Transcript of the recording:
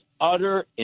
utter